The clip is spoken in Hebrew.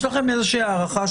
יש לכם איזושהי הערכה,